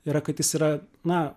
yra kad jis yra na